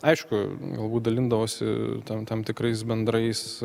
aišku galbūt dalindavosi ten tam tikrais bendrais